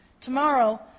Tomorrow